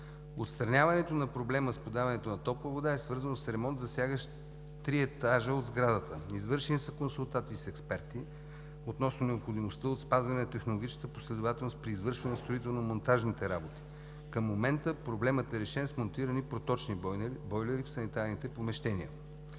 Отстраняването на проблема с подаването на топла вода е свързано с ремонт, засягащ три етажа от сградата. Извършени са консултации с експерти относно необходимостта от спазване на технологичната последователност при извършване на строително монтажните работи. Към момента проблемът е решен с монтирани проточни бойлери в санитарните помещения.